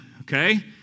okay